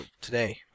Today